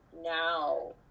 now